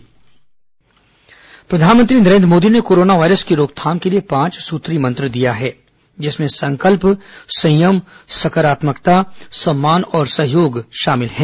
corona प्रधानमंत्री मंत्र प्रधानमंत्री नरेन्द्र मोदी ने कोरोना वायरस की रोकथाम के लिए पांच सुत्रीय मंत्र दिया है जिसमें संकल्प संयम सकारात्मकता सम्मान और सहयोग शामिल है